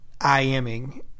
IMing